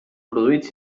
produïts